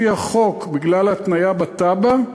לפי החוק, בגלל התניה בתב"ע,